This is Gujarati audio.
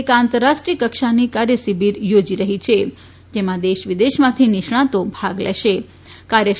એક આંતરાષ્ટ્રીય કફષાની કાર્ય શિબિર યોજી રહી છે જેમાં દેશ વિદેશમાંથી નિષ્ણાતો ભાગ લેશેકાર્ય કાર્ય શિબિર